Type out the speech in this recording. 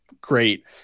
great